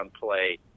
play